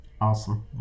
Awesome